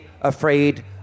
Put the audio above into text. afraid